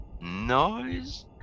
noise